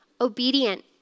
obedient